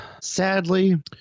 sadly